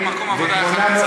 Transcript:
מקום עבודה אחד בצפון?